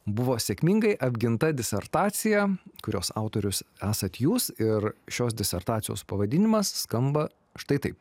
buvo sėkmingai apginta disertacija kurios autorius esat jūs ir šios disertacijos pavadinimas skamba štai taip